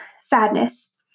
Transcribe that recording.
sadness